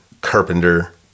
Carpenter